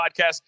podcast